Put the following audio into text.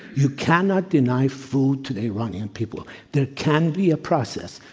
you cannot deny food to the iranian people. there can be a process,